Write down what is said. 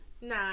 Nah